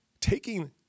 Taking